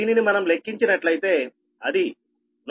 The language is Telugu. దీనిని మనం లెక్కించినట్లయితే అది 113